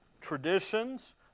traditions